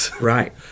Right